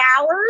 hours